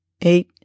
eight